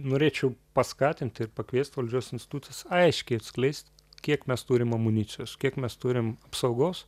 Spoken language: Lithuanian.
norėčiau paskatint ir pakviest valdžios institucijas aiškiai atskleist kiek mes turim amunicijos kiek mes turim apsaugos